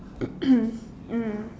mm